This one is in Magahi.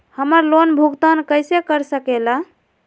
हम्मर लोन भुगतान कैसे कर सके ला?